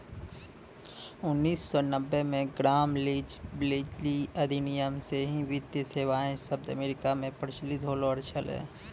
उन्नीस सौ नब्बे मे ग्राम लीच ब्लीली अधिनियम से ही वित्तीय सेबाएँ शब्द अमेरिका मे प्रचलित होलो छलै